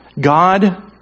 God